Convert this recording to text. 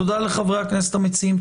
תודה לחברי הכנסת המציעים.